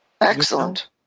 excellent